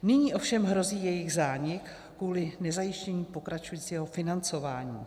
Nyní ovšem hrozí jejich zánik kvůli nezajištění pokračujícího financování.